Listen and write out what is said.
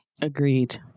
Agreed